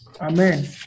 Amen